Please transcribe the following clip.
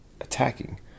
attacking